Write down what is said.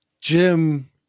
Jim